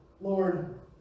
Lord